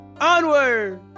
Onward